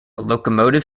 locomotive